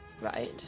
Right